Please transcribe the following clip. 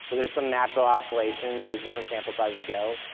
so there's some natural oscillations as different sample sizes go.